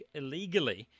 illegally